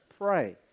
pray